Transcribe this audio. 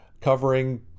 covering